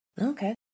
Okay